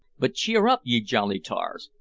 but cheer up, ye jolly tars!